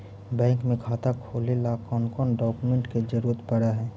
Bank में खाता खोले ल कौन कौन डाउकमेंट के जरूरत पड़ है?